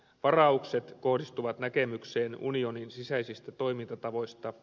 varaukset kohdistuvat näkemykseen unionin sisäisistä toimintatavoista